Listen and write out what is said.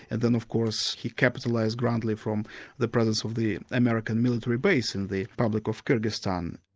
and then of course he capitalised greatly from the presence of the american military base in the republic of kyrgyzstan.